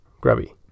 Grubby